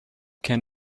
can